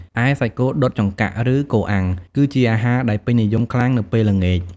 ឯសាច់គោដុតចង្កាក់ ឬគោអាំង គឺជាអាហារដែលពេញនិយមខ្លាំងនៅពេលល្ងាច ។